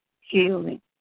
healing